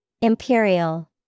Imperial